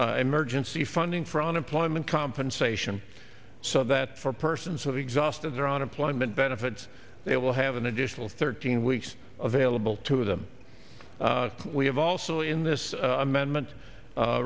an emergency funding for unemployment compensation so that for persons have exhausted their unemployment benefits they will have an additional thirteen weeks available to them we have also in this amendment